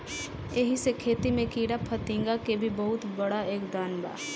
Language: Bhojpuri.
एही से खेती में कीड़ाफतिंगा के भी बहुत बड़ योगदान बा